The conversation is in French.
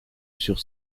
sur